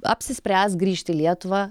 apsispręs grįžt į lietuvą